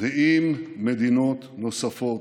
ועם מדינות נוספות,